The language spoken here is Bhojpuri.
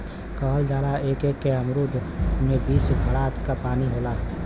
कहल जाला एक एक ठे अमरूद में बीस घड़ा क पानी होला